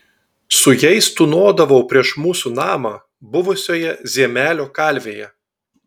su jais tūnodavau prieš mūsų namą buvusioje ziemelio kalvėje